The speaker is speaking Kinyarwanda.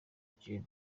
gen